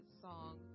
song